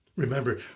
Remember